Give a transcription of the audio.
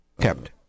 Kept